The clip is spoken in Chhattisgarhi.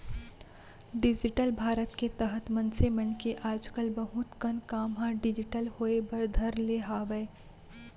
डिजिटल भारत के तहत मनसे मन के आज कल बहुत कन काम ह डिजिटल होय बर धर ले हावय